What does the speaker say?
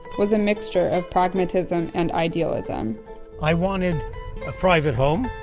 was a mixture of pragmatism and idealism i wanted a private home,